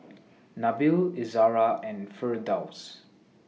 Nabil Izara and Firdaus